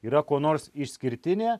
yra kuo nors išskirtinė